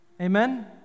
Amen